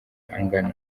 angana